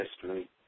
history